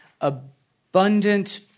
abundant